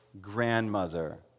grandmother